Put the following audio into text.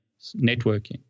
networking